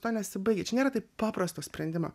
tuo nesibaigė čia nėra taip paprasto sprendimo